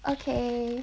okay